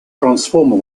transformer